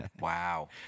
Wow